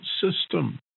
system